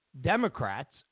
Democrats